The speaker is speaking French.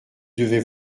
devais